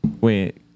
Wait